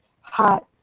hot